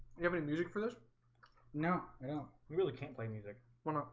you have any music for this no no we really can't play music well no,